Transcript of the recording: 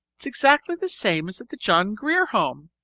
it's exactly the same as at the john grier home.